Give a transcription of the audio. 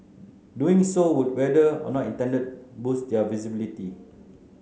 doing so would whether or not intended boost their visibility